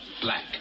Black